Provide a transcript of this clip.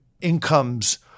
incomes